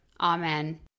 Amen